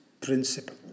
principle